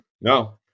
No